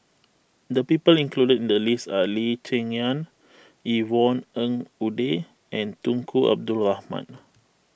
the people included in the list are Lee Cheng Yan Yvonne Ng Uhde and Tunku Abdul Rahman